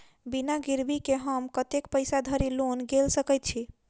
बिना गिरबी केँ हम कतेक पैसा धरि लोन गेल सकैत छी?